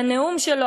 בנאום שלו,